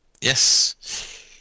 Yes